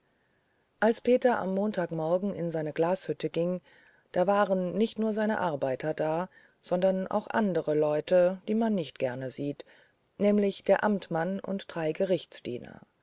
als peter am montagmorgen in seine glashütte ging da waren nicht nur seine arbeiter da sondern auch andere leute die man nicht gerne sieht nämlich der amtmann und drei gerichtsdiener